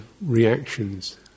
reactions